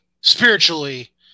spiritually